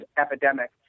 epidemic